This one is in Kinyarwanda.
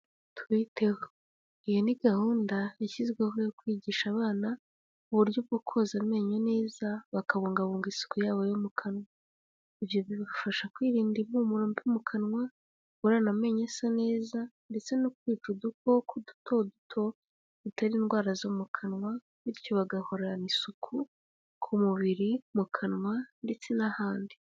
Tubiteho. Iyo ni gahunda yashyizweho yo kwigisha abana uburyo bwo koza amenyo neza bakabungabunga isuku yabo yo mu kanwa, ibyo bibafasha kwirinda impumuro mbi mu kanwa, guhorana amenyo asa neza ndetse no kwica udukoko dutoduto dutera indwara zo mu kanwa bityo bagahorana isuku ku mubiri, mu kanwa ndetse n'ahandi.